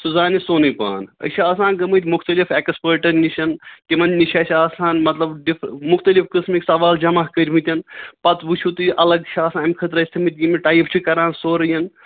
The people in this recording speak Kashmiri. سُہ زانہِ سونُے پان أسۍ چھِ آسان گٔمٕتۍ مُختلف اٮ۪کٕسپٲٹن نِش تِمن نِش اَسہِ آسان مطلب ڈِف مُختلِف قٕسمٕکۍ سوال جمع کٔرمٕتٮ۪ن پَتہٕ وٕچھُو تُہۍ الگ چھِ آسان اَمہِ خٲطرٕٲس تھٔامٕتۍ یِم یہِ ٹایپ چھِ کَران سورُیَن